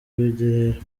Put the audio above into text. rugerero